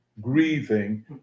grieving